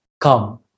Come